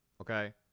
Okay